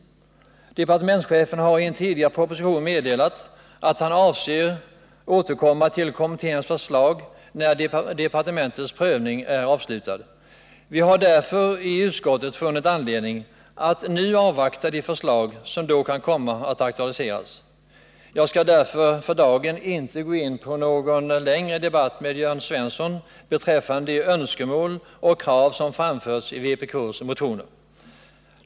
Departementschefen har i en tidigare proposition meddelat att han avser att återkomma till kommitténs förslag när departementets prövning är avslutad. Vi har därför i utskottet funnit anledning att nu avvakta de förslag som då kan komma att aktualiseras. Jag skall av den anledningen för dagen inte gå in i någon längre debatt med Jörn Svensson beträffande de önskemål och krav som framförts i vpk:s motioner.